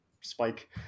spike